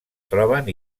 troben